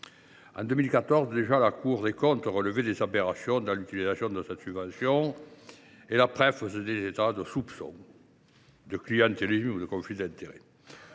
En 2014, déjà, la Cour des comptes relevait des aberrations dans l’utilisation de cette subvention ; la presse faisait état de soupçons de clientélisme ou de conflits d’intérêts.